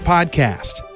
Podcast